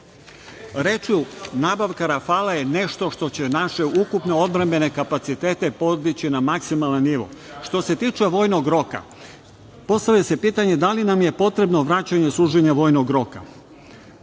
Nabavka rafala je nešto što će naše ukupne odbrambene kapacitete podići na maksimalni nivo. Što se tiče vojnog roka, postavlja se pitanje da li nam je potrebno vraćanje na služenje vojnog roka.